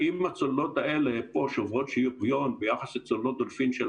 האם הצוללות האלה פה שוברות שוויון ביחס לצוללות דולפין או